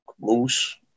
moose